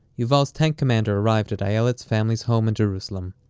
yuval's tank commander arrived at ayelet's family's home in jerusalem,